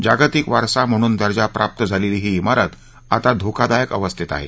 जागतिक वारसा म्हणून दर्जा प्राप्त झालेली ही जारत आता धोकादायक अवस्थेत आहे